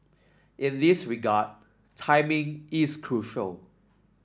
in this regard timing is crucial